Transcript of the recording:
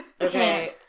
Okay